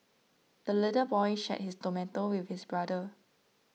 the little boy shared his tomato with his brother